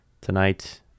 tonight